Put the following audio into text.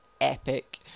epic